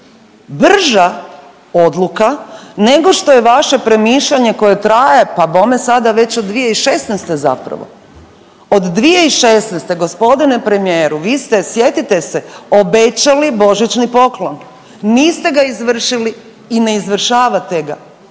brža odluka nego što je vaše premišljanje koje traje, pa bome sada već od 2016. zapravo, od 2016. g. premijeru vi ste, sjetite se, obećali božićni poklon, niste ga izvršili i ne izvršavate ga.